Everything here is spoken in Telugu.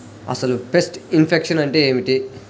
అసలు పెస్ట్ ఇన్ఫెక్షన్ అంటే ఏమిటి?